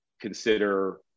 consider